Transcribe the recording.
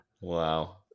Wow